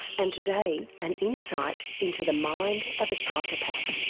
and today, an insight into the mind of a psychopath.